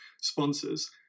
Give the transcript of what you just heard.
sponsors